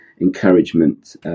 encouragement